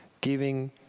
giving